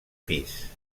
pis